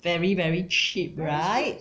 very very cheap right